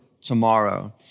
tomorrow